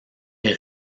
est